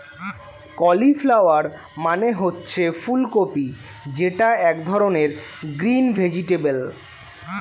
cauliflower মানে হচ্ছে ফুলকপি যেটা এক ধরনের গ্রিন ভেজিটেবল